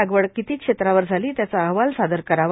लागवड किती क्षेत्रावर झाली त्याचा अहवाल सादर करावा